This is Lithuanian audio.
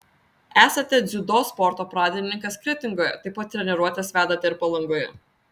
esate dziudo sporto pradininkas kretingoje taip pat treniruotes vedate ir palangoje